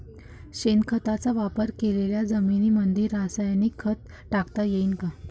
शेणखताचा वापर केलेल्या जमीनीमंदी रासायनिक खत टाकता येईन का?